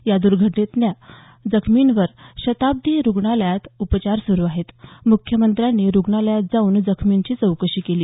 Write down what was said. या दुघर्टनेतल्या जखमींवर शताब्दी रुग्णालयात उपचार सुरू आहेत मुख्यमंत्र्यांनी रुग्णालयात जाऊन जखमींची चौकशी केली